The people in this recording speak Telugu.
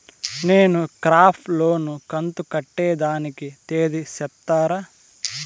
నేను క్రాప్ లోను కంతు కట్టేదానికి తేది సెప్తారా?